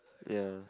ya